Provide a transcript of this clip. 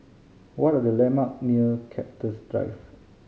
what are the landmark near Cactus Drive